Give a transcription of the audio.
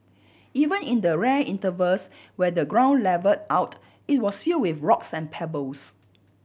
even in the rare intervals when the ground levelled out it was filled with rocks and pebbles